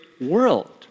world